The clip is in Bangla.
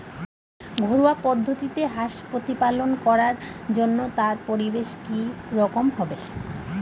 ঘরোয়া পদ্ধতিতে হাঁস প্রতিপালন করার জন্য তার পরিবেশ কী রকম হবে?